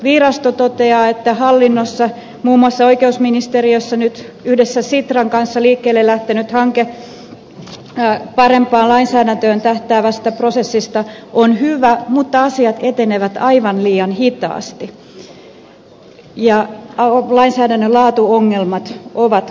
tarkastusvirasto toteaa että hallinnossa muun muassa oikeusministeriössä nyt yhdessä sitran kanssa liikkeelle lähtenyt hanke parempaan lainsäädäntöön tähtäävästä prosessista on hyvä mutta asiat etenevät aivan liian hitaasti ja lainsäädännön laatuongelmat ovat kasvava ongelma